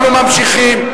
אנחנו ממשיכים.